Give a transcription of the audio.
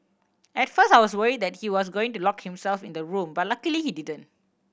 at first I was worry that he was going to lock himself in the room but luckily he didn't